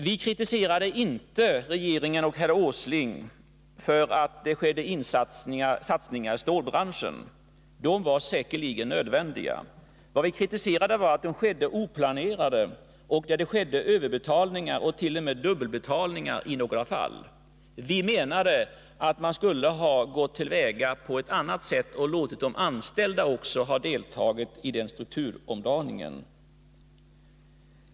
Vi kritiserar inte regeringen och herr Åsling för att det gjordes satsningar inom stålbranschen. De var säkerligen nödvändiga. Däremot kritiserade vi att satsningarna skedde oplanerat och att det gjordes överbetalningar, i några fallt.o.m. dubbelbetalningar. Vi menade att man borde ha gått till väga på ett annat sätt och låtit även de anställda delta i denna strukturomdaning.